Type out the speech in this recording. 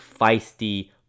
feisty